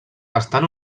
estan